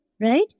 right